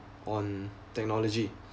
on technology